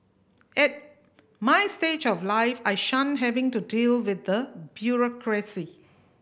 at my stage of life I shun having to deal with the bureaucracy